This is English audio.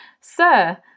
Sir